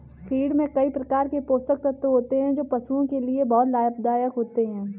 feed में कई प्रकार के पोषक तत्व होते हैं जो पशुओं के लिए बहुत लाभदायक होते हैं